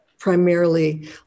Primarily